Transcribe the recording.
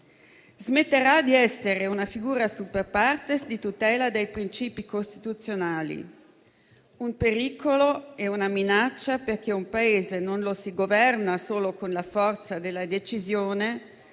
Smetterà di essere una figura *super partes* di tutela dei princìpi costituzionali: un pericolo e una minaccia, perché un Paese non lo si governa solo con la forza della decisione,